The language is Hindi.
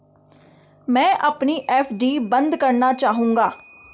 मैं अपनी एफ.डी बंद करना चाहूंगा